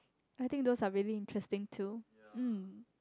I think those are really interesting too um